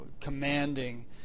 commanding